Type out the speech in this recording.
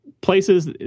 places